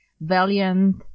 Valiant